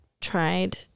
tried